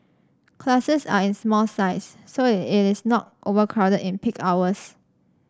classes are in small size so it is not overcrowded in peak hours